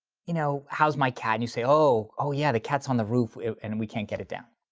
you know, how's my cat? and you say oh, oh yeah, the cat's on the roof and we can't get it down.